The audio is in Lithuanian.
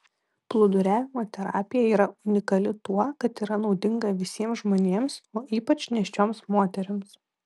plūduriavimo terapija yra unikali tuo kad yra naudinga visiems žmonėms o ypač nėščioms moterims